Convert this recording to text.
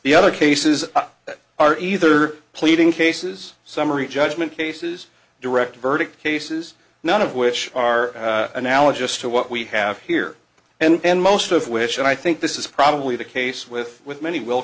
the other cases are either pleading cases summary judgment cases direct verdict cases none of which are analogous to what we have here and most of which i think this is probably the case with with many will